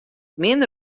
min